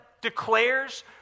declares